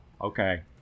Okay